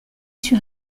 sur